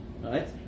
right